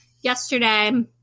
yesterday